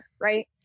Right